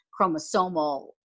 chromosomal